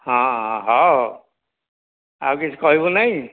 ହଁ ହଁ ହଉ ଆଉ କିଛି କହିବୁ ନାହିଁ